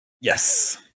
Yes